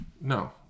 no